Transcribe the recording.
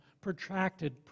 Protracted